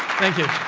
thank you.